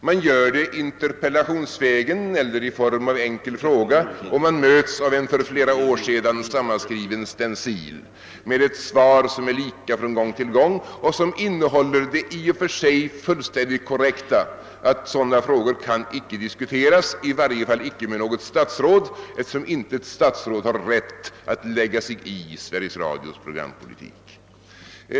Man gör det interpellationsvägen eller i form av en enkel fråga, och man möts av en för flera år sedan sammanskriven stencil med ett svar som är lika från gång till gång och som innehåller det i och för sig fullständigt korrekta, att sådana frågor kan inte diskuteras, i varje fall icke med något statsråd eftersom ett stats råd inte har rätt att lägga sig i Sveriges Radios programpolitik.